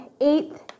Eighth